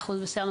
בסדר.